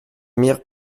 mirent